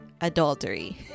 adultery